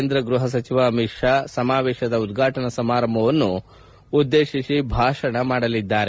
ಕೇಂದ್ರ ಗೃಹ ಸಚಿವ ಅಮಿತ್ ಷಾ ಸಮಾವೇಶದ ಉದ್ಘಾಟನಾ ಸಮಾರಂಭವನ್ನು ಉದ್ದೇಶಿಸಿ ಭಾಷಣ ಮಾಡಲಿದ್ದಾರೆ